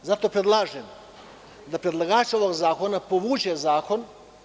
Zato predlažem da predlagač ovog zakona povuče zakon.